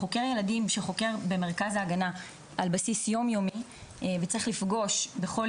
חוקרי ילדים שחוקרים במרכז ההגנה על בסיס יום-יומי וצריך לפגוש בכל